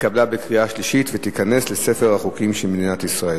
התקבלה בקריאה שלישית ותיכנס לספר החוקים של מדינת ישראל.